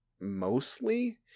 mostly